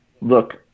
look